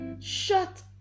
shut